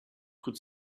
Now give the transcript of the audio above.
could